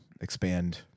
expand